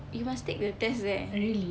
you must take the test there